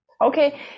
okay